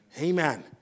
Amen